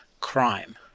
crime